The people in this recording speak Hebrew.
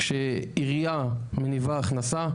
כשעירייה מניבה הכנסה,